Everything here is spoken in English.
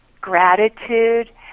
gratitude